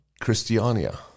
Christiania